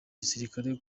gisirikare